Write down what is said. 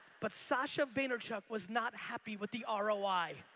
but sasha vaynerchuk was not happy with the ah roi.